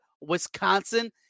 Wisconsin